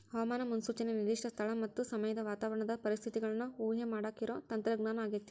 ಹವಾಮಾನ ಮುನ್ಸೂಚನೆ ನಿರ್ದಿಷ್ಟ ಸ್ಥಳ ಮತ್ತ ಸಮಯದ ವಾತಾವರಣದ ಪರಿಸ್ಥಿತಿಗಳನ್ನ ಊಹೆಮಾಡಾಕಿರೋ ತಂತ್ರಜ್ಞಾನ ಆಗೇತಿ